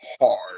hard